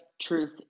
truth